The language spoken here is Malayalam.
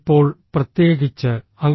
ഇപ്പോൾ പ്രത്യേകിച്ച് ഐ